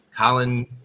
Colin